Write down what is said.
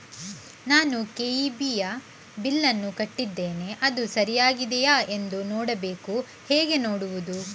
ನಾನು ಕೆ.ಇ.ಬಿ ಯ ಬಿಲ್ಲನ್ನು ಕಟ್ಟಿದ್ದೇನೆ, ಅದು ಸರಿಯಾಗಿದೆಯಾ ಎಂದು ನೋಡಬೇಕು ಹೇಗೆ ನೋಡುವುದು?